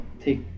take